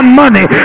money